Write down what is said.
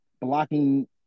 blocking